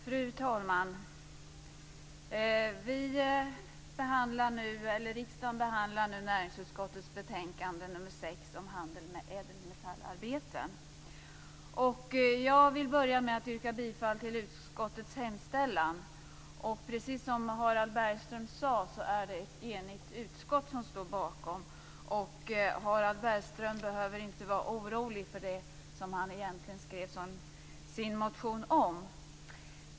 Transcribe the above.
Fru talman! Riksdagen behandlar nu näringsutskottets betänkande nr 6 om handel med ädelmetallarbeten. Jag vill börja med att yrka bifall till utskottets hemställan. Precis som Harald Bergström sade är det ett enigt utskott som står bakom betänkandet. Harald Bergström behöver inte vara orolig för det som han skrev om i sin motion.